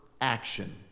action